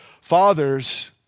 Fathers